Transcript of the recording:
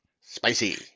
Spicy